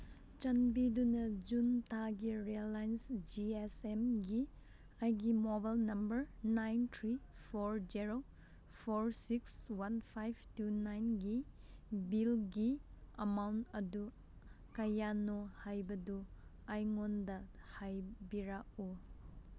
ꯆꯥꯟꯕꯤꯗꯨꯅ ꯖꯨꯟ ꯊꯥꯒꯤ Reliance G S ꯑꯦꯝꯒꯤ ꯑꯩꯒꯤ mobile number nine three four zero four six one five two ꯅꯥꯏꯟꯒꯤ ꯕꯤꯜꯒꯤ ꯑꯃꯥꯎꯟ ꯑꯗꯨ ꯀꯌꯥꯅꯣ ꯍꯥꯏꯕꯗꯨ ꯑꯩꯉꯣꯟꯗ ꯍꯥꯏꯕꯤꯔꯛꯎ